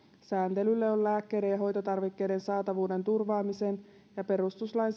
sääntelylle on lääkkeiden ja hoitotarvikkeiden saatavuuden turvaamisen ja perustuslain